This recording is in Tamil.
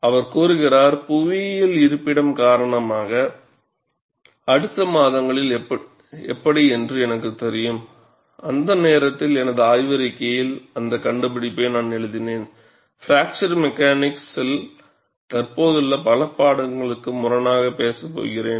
அவர் கூறுகிறார் புவியியல் இருப்பிடம் காரணமாக அடுத்த மாதங்களில் எப்படி என்று எனக்குத் தெரியாது அந்த நேரத்தில் எனது ஆய்வறிக்கையில் அந்த கண்டுபிடிப்பை நான் எழுதினேன் பிராக்சர் மெக்கானிக்ஸில் தற்போதுள்ள பல பாடங்களுக்கு முரணாகப் பேசப் போகிறேன்